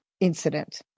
incident